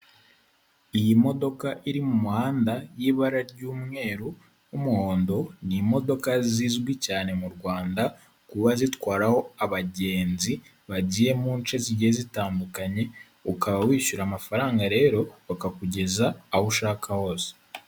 Iyi modoka iri mu muhanda y'ibara ry'umweru n'umuhondo, ni imodoka zizwi cyane mu Rwanda kuba zitwara abagenzi, bagiye munce zigiye zitandukanye, ukaba wishyura amafaranga rero bakakugeza aho ushaka hose.